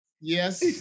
Yes